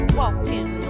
walking